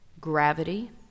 gravity